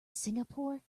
singapore